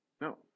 No